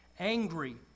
Angry